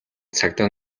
цагдаа